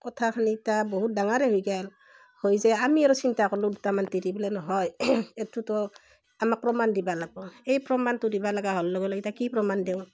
কথাখেনি ইতা বহুত ডাঙাৰেই হৈ গেল হৈ যায় আমি আৰু চিন্তা কল্লু দুটামান তিৰি বোলে নহয় এইটোতো আমাক প্ৰমাণ দিব লাগিব এই প্ৰমাণটো দিব লগা হ'ল লগে লগে ইতা কি প্ৰমাণ দিওঁ